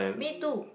me too